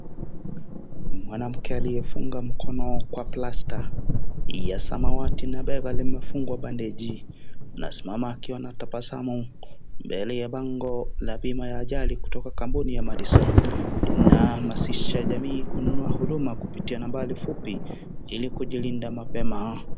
Mwanamke aliyefunga mkono kwa plasta ya samawati na bega limefungwa bandeji. Anasimamia akiwa anatabasamu mbele ya bango la bima ya ajali kutoka kampuni ya Madison. Inahamasisha jamii kununua huduma kupitia nambari fupi ili kujilinda mapema.